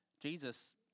Jesus